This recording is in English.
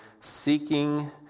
seeking